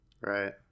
Right